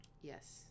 Yes